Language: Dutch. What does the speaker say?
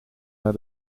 naar